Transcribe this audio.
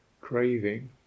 craving